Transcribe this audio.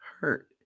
hurt